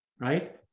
right